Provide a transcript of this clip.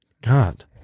God